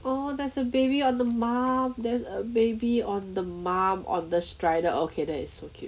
!aww! there's a baby on the mum then a baby on the mum on the strider okay that is so cute